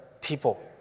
people